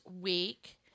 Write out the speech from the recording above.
week